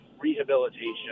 rehabilitation